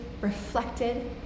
reflected